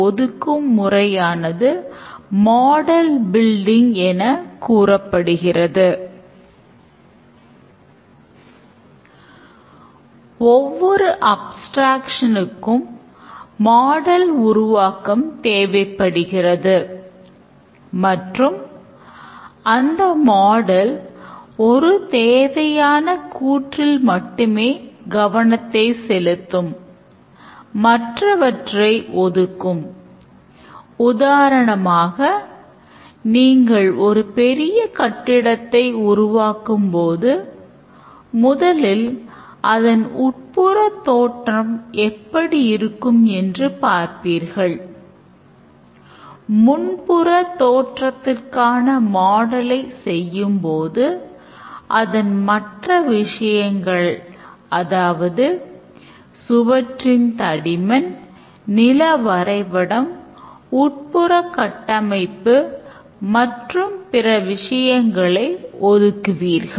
ஒவ்வொரு அப்ஸ்டிரேக்ஸன் செய்யும் போது அதன் மற்ற விஷயங்கள் அதாவது சுவற்றின் தடிமன் நில வரைபடம் உட்புற கட்டமைப்பு மற்றும் பிற விஷயங்களை ஒதுக்குவீர்கள்